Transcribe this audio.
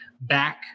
back